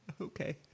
Okay